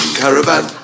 caravan